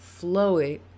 flowy